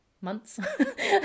months